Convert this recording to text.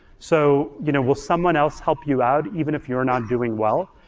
so you know will someone else help you out even if you're not doing well?